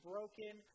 broken